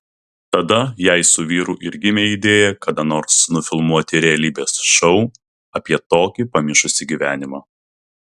tada jai su vyru ir gimė idėja kada nors nufilmuoti realybės šou apie tokį pamišusį gyvenimą